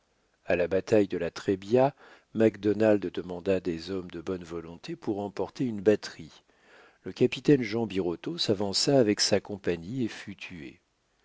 a la bataille de la trébia macdonald demanda des hommes de bonne volonté pour emporter une batterie le capitaine jean birotteau s'avança avec sa compagnie et fut tué